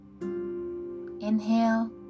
Inhale